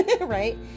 Right